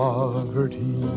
Poverty